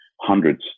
hundreds